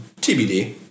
TBD